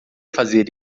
fazer